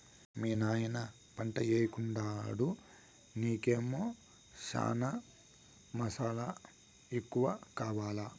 మీ నాయన పంటయ్యెకుండాడు నీకేమో చనా మసాలా ఎక్కువ కావాలా